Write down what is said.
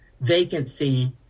vacancy